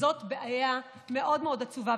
זאת בעיה מאוד מאוד עצובה,